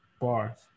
bars